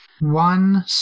one